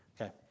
Okay